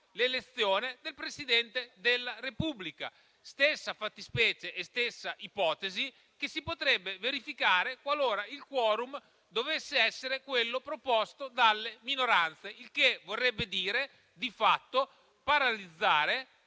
l'elezione del Presidente della Repubblica. Si tratta della stessa fattispecie e della stessa ipotesi che si potrebbero verificare qualora il *quorum* dovesse essere quello proposto dalle minoranze, il che vorrebbe dire di fatto paralizzare